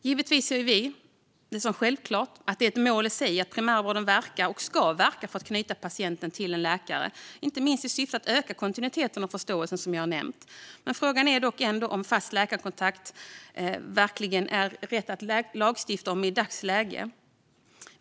Givetvis ser vi det som ett mål i sig att primärvården verkar och ska verka för att knyta patienter till en läkare, som jag har nämnt inte minst i syfte att öka kontinuiteten och förståelsen. Frågan är ändå om det är rätt att lagstifta om fast läkarkontakt i dagsläget.